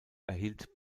erhielt